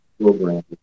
program